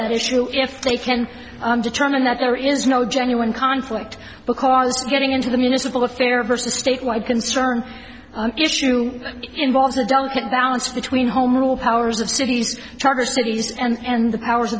that issue if they can determine that there is no genuine conflict because getting into the municipal affair versus state wide concern issue involves a delicate balance between home rule powers of city charter cities and the powers